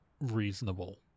reasonable